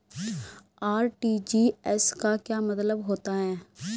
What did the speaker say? RTGS का क्या मतलब होता है?